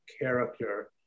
character